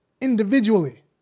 individually